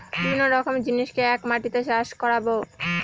বিভিন্ন রকমের জিনিসকে এক মাটিতে চাষ করাবো